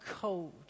cold